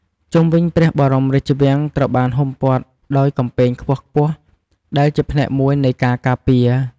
ជុំវិញព្រះបរមរាជវាំង ត្រូវបានហ៊ុមព័ទ្ធដោយ កំពែងខ្ពស់ៗ ដែលជាផ្នែកមួយនៃការការពារ។